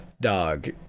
dog